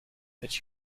that